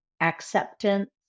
acceptance